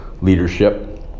Leadership